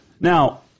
Now